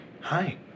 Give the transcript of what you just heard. Hi